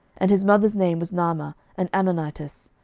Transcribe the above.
and his mother's name was naamah an ammonitess.